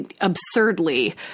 absurdly